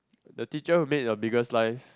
the teacher who make in your biggest life